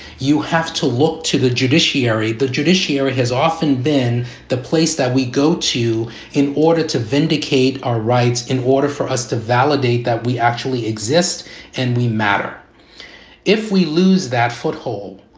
you have to look to the judiciary the judiciary has often been the place that we go to in order to vindicate our rights, in order for us to validate that we actually exist and we matter if we lose that foothold,